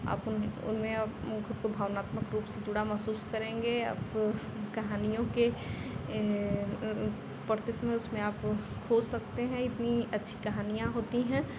आप उनमें उनमें आप मुख्य रूप से भावनात्मक रूप से जुड़ा महसूस करेंगे आपको कहानियों के इन परिपेक्ष्य में आपको हो सकते हैं इतनी अच्छी कहानियाँ होती हैं